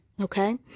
okay